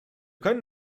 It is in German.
können